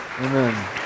Amen